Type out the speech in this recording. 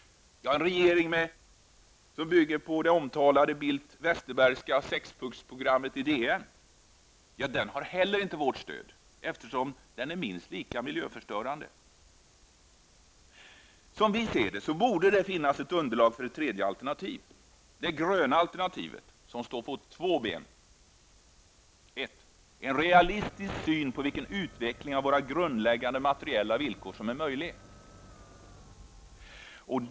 En regering som bygger på Bildts och Westerbergs omtalade sexpunktsprogram i DN har heller inte vårt stöd, eftersom den är minst lika miljöförstörande. Som vi ser det borde det finnas underlag för ett tredje alternativ: det gröna alternativet som står på två ben. 1. En realistisk syn på vilken utveckling av våra grundläggande materiella villkor som är möjlig.